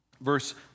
Verse